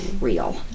real